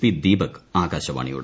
P Deepak ആകാശവാണിയോട്